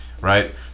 right